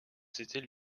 c’était